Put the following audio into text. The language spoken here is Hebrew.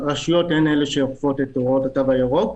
הרשויות המקומיות הן שאוכפות את הוראות התו הירוק.